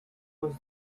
was